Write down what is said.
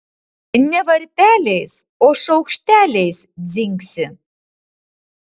ne varpeliais o šaukšteliais dzingsi